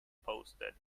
posted